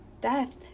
death